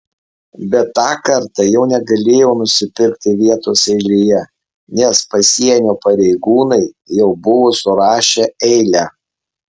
bet tą kartą jau negalėjau nusipirkti vietos eilėje nes pasienio pareigūnai jau buvo surašę eilę